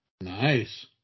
Nice